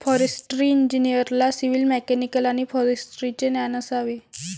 forestry इंजिनिअरला civil, mechanical आणि फॉरेस्ट्रीचे ज्ञान असावे